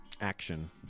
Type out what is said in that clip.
Action